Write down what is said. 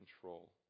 control